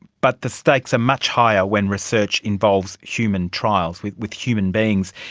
but the stakes are much higher when research involves human trials with with human beings.